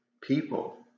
people